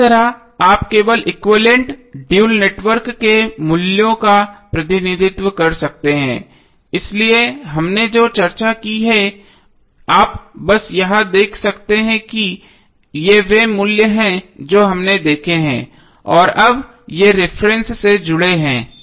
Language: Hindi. तो इस तरह आप केवल एक्विवैलेन्ट ड्यूल नेटवर्क के मूल्यों का प्रतिनिधित्व कर सकते हैं इसलिए हमने जो चर्चा की है आप बस यहां से देख सकते हैं कि ये वे मूल्य हैं जो हमने देखे हैं और अब ये रिफरेन्स नोड से जुड़े हैं